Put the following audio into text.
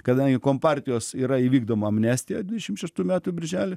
kadangi kompartijos yra įvykdoma amnestiją dvidešimt šeštų metų birželį